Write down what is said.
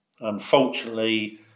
Unfortunately